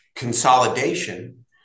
consolidation